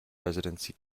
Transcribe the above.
residency